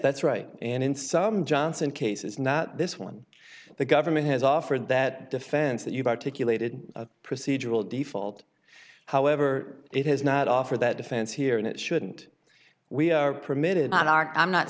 that's right and in some johnson cases not this one the government has offered that defense that you've articulated a procedural default however it has not offered that defense here and it shouldn't we are permitted not our i'm not